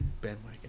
bandwagon